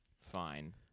fine